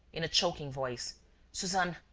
in a choking voice suzanne.